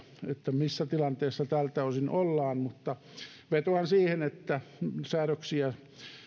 missä tilanteessa tältä osin ollaan mutta vetoan siihen että säädöksiä